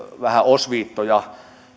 vähän osviittoja